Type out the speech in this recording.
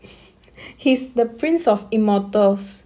he's the prince of immortals